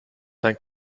dein